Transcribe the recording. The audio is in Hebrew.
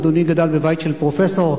אדוני גדל בבית של פרופסור.